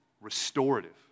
restorative